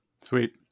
Sweet